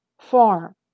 farm